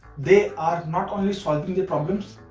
they are not only solving their problems.